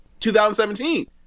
2017